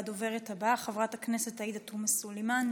הדוברת הבאה, חברת הכנסת עאידה תומא סלימאן.